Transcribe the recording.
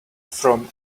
from